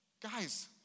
Guys